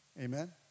Amen